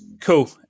cool